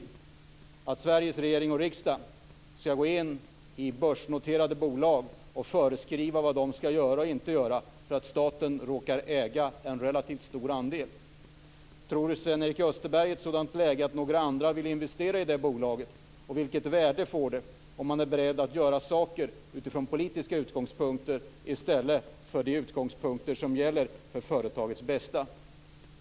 Skall Sveriges regering och riksdag gå in i börsnoterade bolag och föreskriva vad de skall göra och inte göra för att staten råkar äga en relativt stor andel? Tror Sven-Erik Österberg att några andra i ett sådant läge vill investera i det bolaget, och vilket värde får det om man är beredd att göra saker utifrån politiska utgångspunkter i stället för de utgångspunkter som gäller för företagets bästa?